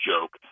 joke